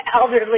elderly